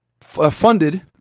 funded